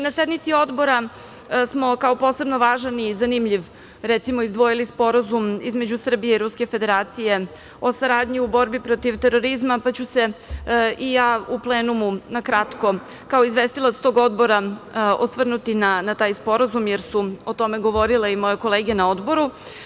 Na sednici odbora smo kao posebno važan i zanimljiv, recimo, izdvojili Sporazum između Srbije i Ruske Federacije o saradnji u borbi protiv terorizma, pa ću se i ja u plenumu na kratko kao izvestilac tog odbora osvrnuti na taj sporazum, jer su o tome govorile i moje kolege na odboru.